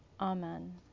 Amen